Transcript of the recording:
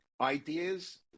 ideas